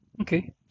okay